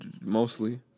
mostly